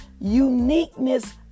uniqueness